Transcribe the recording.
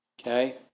okay